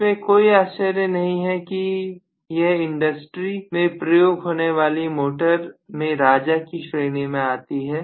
इसमें कोई आश्चर्य नहीं है कि यह इंडस्ट्रीज में प्रयोग होने वाली मोटर में राजा की श्रेणी में आती है